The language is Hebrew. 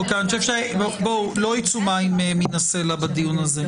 לא יצאו מים מן הסלע בדיון הזה,